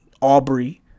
Aubrey